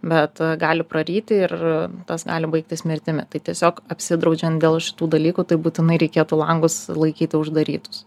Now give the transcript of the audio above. bet gali praryti ir tas gali baigtis mirtimi tai tiesiog apsidraudžiant dėl šitų dalykų tai būtinai reikėtų langus laikyti uždarytus